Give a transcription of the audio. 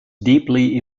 deeply